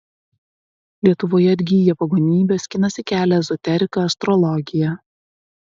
lietuvoje atgyja pagonybė skinasi kelią ezoterika astrologija